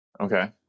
Okay